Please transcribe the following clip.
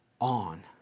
on